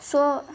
so